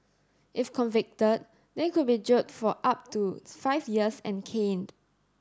if convicted they could be jailed for up to five years and caned